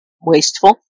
wasteful